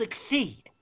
succeed